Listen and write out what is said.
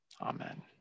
amen